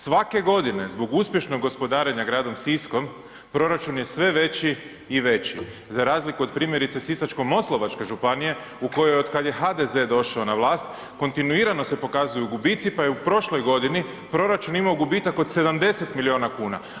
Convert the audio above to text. Svake godine zbog uspješnog gospodarenja gradom Siskom proračun je sve veći i veći za razliku od primjerice Sisačko-moslavačke županije u kojoj je od kada je HDZ došao na vlast kontinuirano se pokazuju gubici pa je u prošloj godini proračun imao gubitak od 70 milijuna kuna.